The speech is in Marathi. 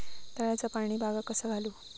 तळ्याचा पाणी बागाक कसा घालू?